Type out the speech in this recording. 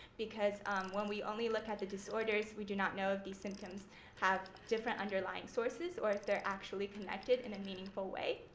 because when we only look at the disorders we do not know if these symptoms have different underlying sources if they're actually connected in a meaningful way.